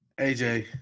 AJ